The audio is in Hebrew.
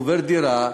עובר דירה,